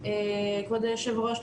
כבוד היושב ראש,